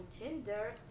Tinder